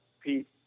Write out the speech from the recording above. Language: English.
Pete